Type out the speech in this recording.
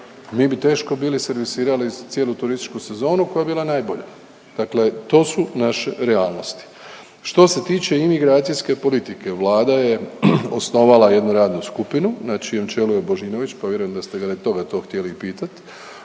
mi bi teško bili servisirali cijelu turističku sezonu koja je bila najbolja, dakle to su naše realnosti. Što se tiče imigracijske politike Vlada je osnovala jednu radnu skupinu na čijem čelu je Božinović, pa vjerujem da ste ga radi toga to htjeli pitat,